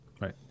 Right